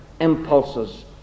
impulses